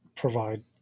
provide